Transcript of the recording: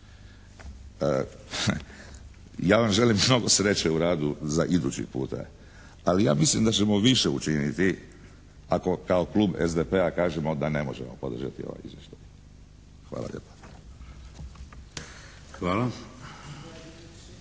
Ja vam želim mnogo sreće u radu za idući puta, ali ja mislim da ćemo više učiniti ako kao klub SDP-a kažemo da ne možemo podržati ovaj izvještaj. Hvala lijepa.